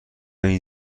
این